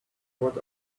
what